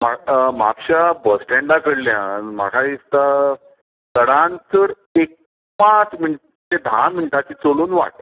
मा म्हापश्या बस स्टेंडा कडल्यान म्हाका दिसता चडांत चड एक पांच मिनटां ते धा मिनटांची चलून वाट